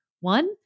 One